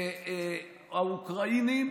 האוקראינים